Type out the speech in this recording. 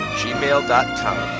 gmail.com